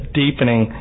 deepening